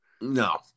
No